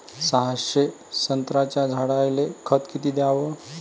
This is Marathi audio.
सहाशे संत्र्याच्या झाडायले खत किती घ्याव?